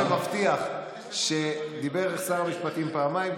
לא אני מתעקש ומבטיח שדיבר שר המשפטים פעמיים,